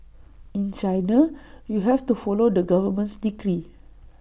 in China you have to follow the government's decree